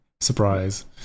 Surprise